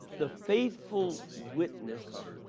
the faithful witness,